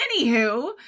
Anywho